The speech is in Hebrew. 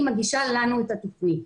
היא מגישה לנו את התוכנית.